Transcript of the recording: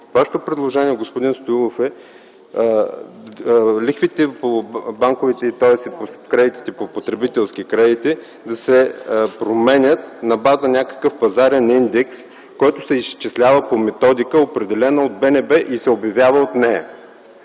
Вашето предложение, господин Стоилов, е лихвите по потребителските кредити да се променят на базата на някакъв пазарен индекс, който се изчислява по методика, определена от БНБ и се обявява от нея.